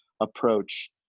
approach